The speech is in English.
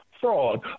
fraud